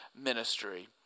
ministry